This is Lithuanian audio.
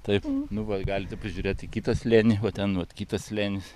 taip nu va galite pažiūrėt į kitą slėnį va ten vat kitas slėnis